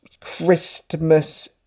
Christmas